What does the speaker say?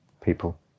people